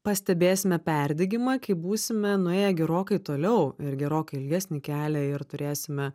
pastebėsime perdegimą kai būsime nuėję gerokai toliau ir gerokai ilgesnį kelią ir turėsime